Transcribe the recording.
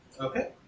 Okay